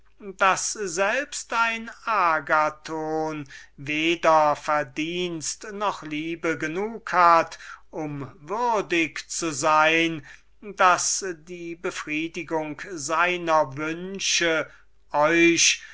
daß selbst ein agathon weder verdienst noch liebe genug hat um wert zu sein daß die befriedigung seiner wünsche